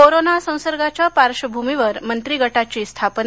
corona संसर्गाच्या पार्श्वभूमीवर मंत्रिगटाची स्थापन